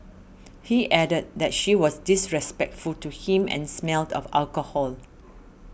he added that she was disrespectful to him and smelled of alcohol